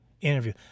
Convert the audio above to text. interview